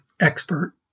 expert